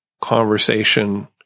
conversation